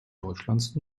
deutschlands